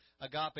Agape